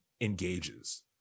engages